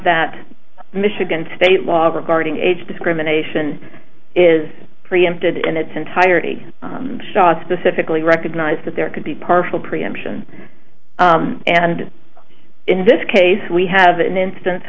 that michigan state law regarding age discrimination is preempted in its entirety specifically recognize that there could be partial preemption and in this case we have an instance